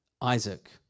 Isaac